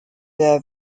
their